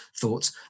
thoughts